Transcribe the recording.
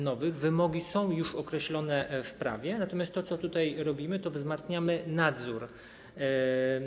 Nowe wymogi są już określone w prawie, natomiast to, co tutaj robimy, to wzmacnianie nadzoru.